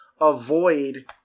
avoid